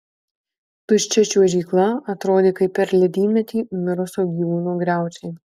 tuščia čiuožykla atrodė kaip per ledynmetį mirusio gyvūno griaučiai